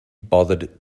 bothered